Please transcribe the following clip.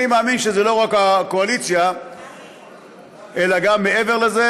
ואני מאמין שזו לא רק הקואליציה אלא גם מעבר לזה,